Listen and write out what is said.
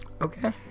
Okay